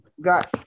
got